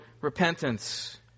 repentance